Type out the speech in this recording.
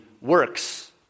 works